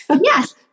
Yes